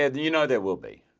ah you know there will be,